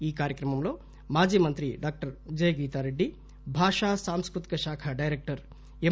ఈ కార్యక్రమంలో మాజీ మంత్రి డాక్టర్ గీతారెడ్డి భాషా సాంస్కృతిక శాఖ డైరెక్టర్ ఎం